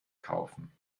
kaufen